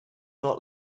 not